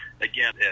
Again